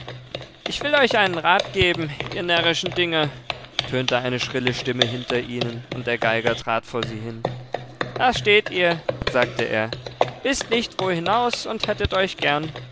ich will euch einen rat geben ihr närrischen dinger tönte eine schrille stimme hinter ihnen und der geiger trat vor sie hin da steht ihr sagte er wißt nicht wo hinaus und hättet euch gern